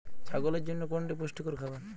ছাগলের জন্য কোনটি পুষ্টিকর খাবার?